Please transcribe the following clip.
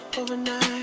overnight